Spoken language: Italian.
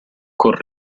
con